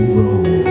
roll